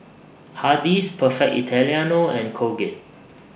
Hardy's Perfect Italiano and Colgate